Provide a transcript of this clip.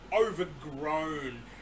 overgrown